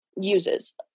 uses